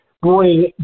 bring